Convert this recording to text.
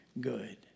good